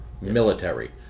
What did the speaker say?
military